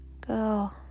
go